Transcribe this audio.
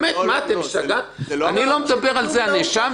הכלל אומר בעיקרון שאם הוא נעלם בגין החשוד או אנשיו,